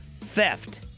theft